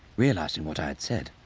realising what i had said,